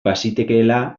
bazitekeela